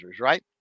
right